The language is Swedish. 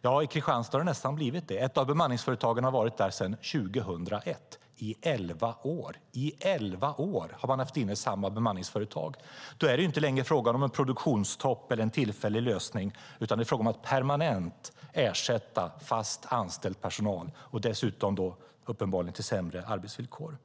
Ja, i Kristianstad har det nästan blivit det. Ett av bemanningsföretagen har varit där sedan 2001, i elva år! I elva år har man haft inne samma bemanningsföretag. Då är det inte längre fråga om en produktionstopp eller en tillfällig lösning, utan det är fråga om att permanent ersätta fast anställd personal, och dessutom uppenbarligen med sämre arbetsvillkor.